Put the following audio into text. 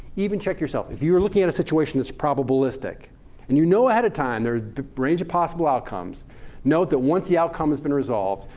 even check yourself. if you're looking at a situation that's probabilistic and you know ahead of time the range of possible outcomes note that once the outcome has been resolved,